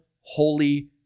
holy